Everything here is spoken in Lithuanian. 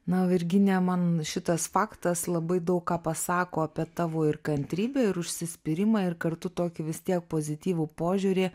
na o virginija man šitas faktas labai daug ką pasako apie tavo ir kantrybę ir užsispyrimą ir kartu tokį vis tiek pozityvų požiūrį